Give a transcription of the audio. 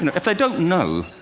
and if they don't know,